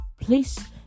please